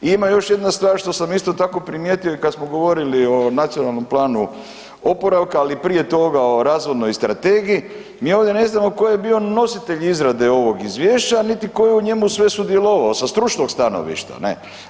I ima još jedna stvar što sam isto tako primijetio i kada smo govorili o Nacionalnom planu opravka, ali prije toga o Razvojnoj strategiji, mi ovdje ne znamo ko je bio nositelj izrade ovog izvješća niti ko je u njemu sve sudjelovao sa stručnog stanovišta, ne.